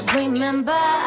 remember